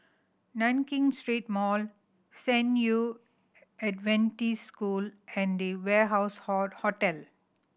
Nankin Street Mall San Yu Adventist School and The Warehouse Hall Hotel